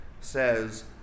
says